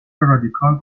رادیکال